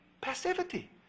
passivity